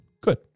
Good